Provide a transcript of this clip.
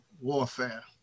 warfare